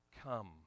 come